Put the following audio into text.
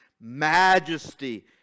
majesty